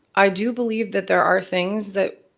i do believe that there are things that